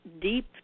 deep